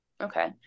okay